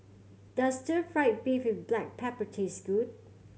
does stir fried beef with black pepper taste good